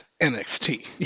NXT